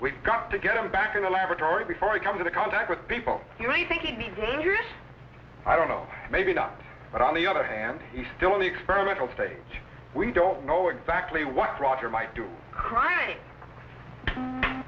we've got to get him back in the laboratory before we come to the contact with people you know i think he'd be dangerous i don't know maybe not but on the other hand he's still in the experimental stage we don't know exactly what roger might do cr